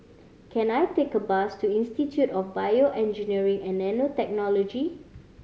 can I take a bus to Institute of Bio Engineering and Nanotechnology